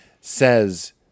says